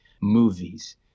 movies